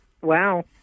wow